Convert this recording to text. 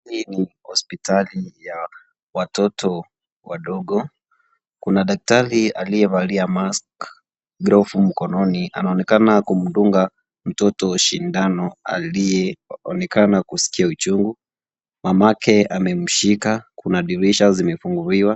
Hii ni hospitali ya watoto wadogo, kuna daktari aliyevalia mask glovu mkononi anaonekana kumdunga mtoto sindano aliye onekana kusikia uchungu mamake amemshika kuna dirisha zimefunguliwa.